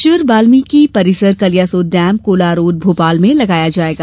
शिविर वाल्मी परिसर Kaliasot dam Kolar road Bhopal में लगाया जायेगा